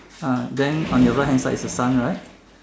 uh then on your right hand side is the sun right